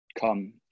come